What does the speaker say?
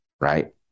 right